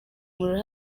muriro